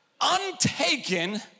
Untaken